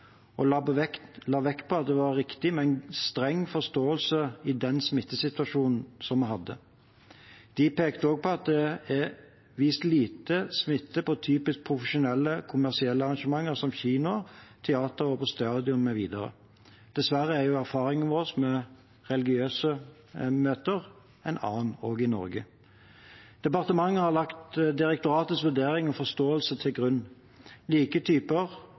og la vekt på at det var riktig med en streng forståelse i den smittesituasjonen vi hadde. De pekte også på at det er vist lite smitte på typisk profesjonelle, kommersielle arrangementer, som kino, teater, stadioner mv. Dessverre er erfaringen vår med religiøse møter en annen også i Norge. Departementet har lagt direktoratets vurdering og forståelse til grunn. Like typer